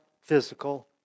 physical